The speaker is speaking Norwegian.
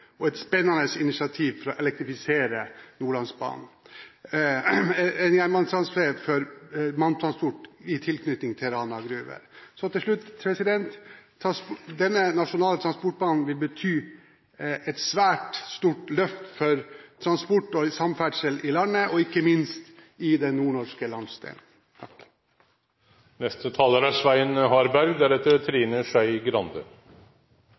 – et spennende initiativ for å elektrifisere Nordlandsbanen, en jernbanetrasé for malmtransport i tilknytning til Rana Gruver. Nasjonal transportplan vil bety et svært stort løft for transport og samferdsel i landet, ikke minst i den nordnorske landsdelen.